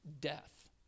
death